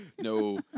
No